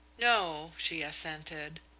no, she assented,